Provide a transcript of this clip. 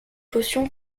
potion